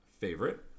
favorite